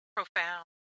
profound